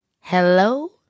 hello